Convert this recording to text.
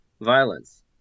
violence